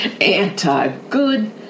anti-good